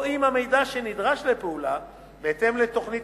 או אם המידע נדרש לפעולה בהתאם לתוכנית